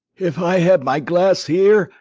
if i had my glass here,